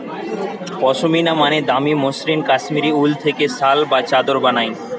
পশমিনা মানে দামি মসৃণ কাশ্মীরি উল থেকে শাল বা চাদর বানায়